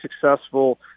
successful